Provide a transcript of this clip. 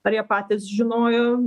ar jie patys žinojo